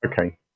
Okay